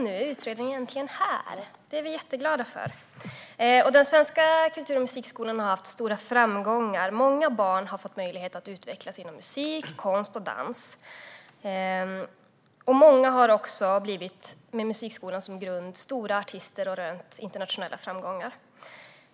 Nu är utredningen äntligen här - jag har den i min hand - och det är vi jätteglada för. Den svenska kultur och musikskolan har haft stora framgångar. Många barn har fått möjlighet att utvecklas genom musik, konst och dans. Många har också med musikskolan som grund blivit stora artister och rönt internationella framgångar.